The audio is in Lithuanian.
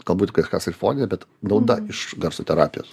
galbūt kažkas ir fone bet nauda iš garso terapijos